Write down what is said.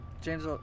James